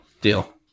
Deal